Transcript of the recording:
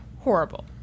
horrible